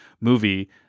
movie